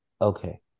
okay